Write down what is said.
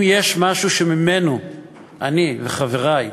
אם יש משהו שממנו חברי ואני,